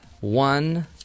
one